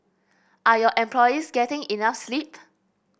are your employees getting enough sleep